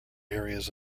areas